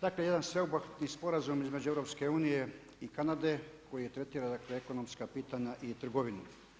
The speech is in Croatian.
Dakle jedan sveobuhvatni sporazum između EU i Kanade koji tretira dakle ekonomska pitanja i trgovinu.